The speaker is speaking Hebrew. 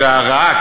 והרעה,